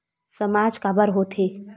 सामाज काबर हो थे?